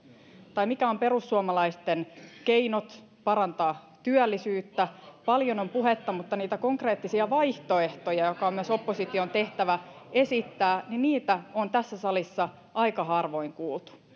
tai mitkä ovat perussuomalaisten keinot parantaa työllisyyttä paljon on puhetta mutta niitä konkreettisia vaihtoehtoja joita on myös opposition tehtävä esittää on tässä salissa aika harvoin kuultu